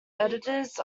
editors